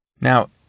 Now